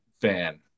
fan